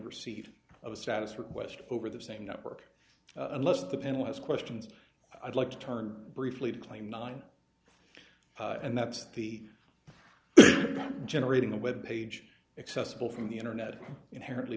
receipt of a status request over the same network unless the panel has questions i'd like to turn briefly to claim nine and that's the generating a web page accessible from the internet inherently